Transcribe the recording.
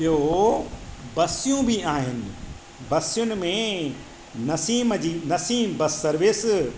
ॿियो बसियूं बि आहिनि बसियुनि में नसीम जी नसीम बसि सर्विस